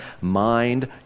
mind